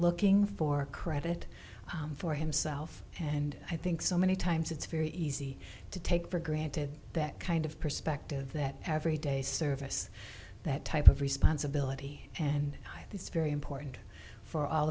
looking for credit for himself and i think so many times it's very easy to take for granted that kind of perspective that every day service that type of responsibility and i think it's very important for all